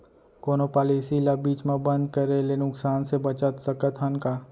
कोनो पॉलिसी ला बीच मा बंद करे ले नुकसान से बचत सकत हन का?